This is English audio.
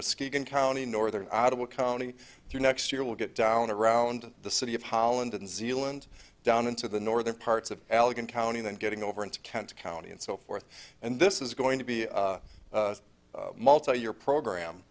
muskegon county northern audible county through next year we'll get down around the city of holland and zealand down into the northern parts of allegheny county then getting over into kent county and so forth and this is going to be a multi year program